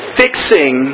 fixing